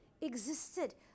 existed